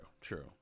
true